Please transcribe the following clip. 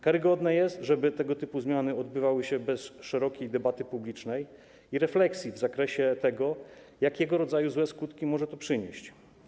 Karygodne jest, żeby tego typu zmiany odbywały się bez szerokiej debaty publicznej czy refleksji w zakresie tego, jakiego rodzaju złe skutki może to przynieść.